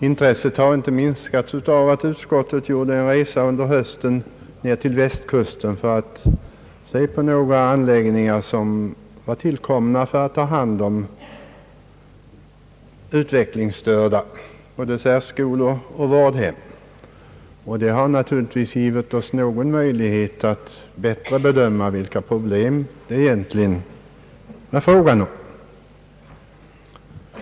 Intresset har inte minskats av att utskottets ledamöter gjort en resa under hösten ned till Västkusten för att se på några anläggningar, som har kommit till för att ta hand om utvecklingsstörda — både särskolor och vårdhem. Detta har naturligtvis gett oss möjlighet att bättre bedöma vilka problem det här egentligen är fråga om.